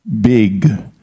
big